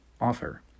offer